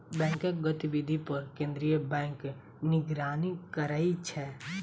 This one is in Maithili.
बैंकक गतिविधि पर केंद्रीय बैंक निगरानी करै छै